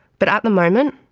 but at the moment,